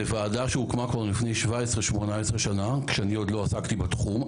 זה ועדה שהוקמה כבר לפני 17 18 שנה כשאני עוד לא עסקתי בתחום,